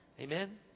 Amen